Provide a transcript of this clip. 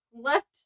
left